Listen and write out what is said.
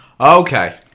Okay